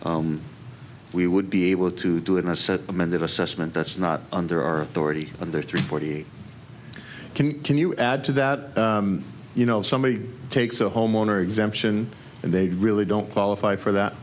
if we would be able to do and i've said amended assessment that's not under our authority under three forty can can you add to that you know if somebody takes the homeowner exemption and they really don't qualify for